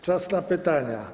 Czas na pytania.